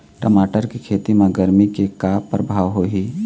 टमाटर के खेती म गरमी के का परभाव होही?